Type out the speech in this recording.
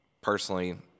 personally